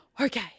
okay